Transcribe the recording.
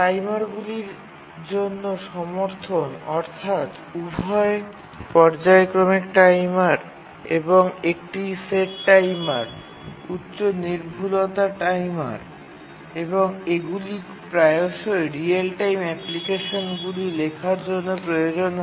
টাইমারগুলির জন্য সমর্থন অর্থাৎ উভয় পর্যায়ক্রমিক টাইমার এবং একটি সেট টাইমার উচ্চ নির্ভুলতা টাইমার এবং এগুলি প্রায়শই রিয়েল টাইম অ্যাপ্লিকেশনগুলি লেখার জন্য প্রয়োজন হয়